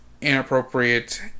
inappropriate